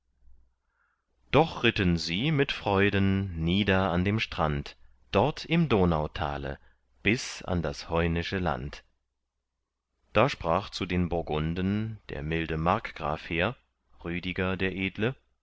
doch ritten sie mit freuden nieder an dem strand dort im donautale bis an da heunische land da sprach zu den burgunden der milde markgraf hehr rüdiger der edle